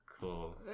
cool